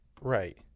Right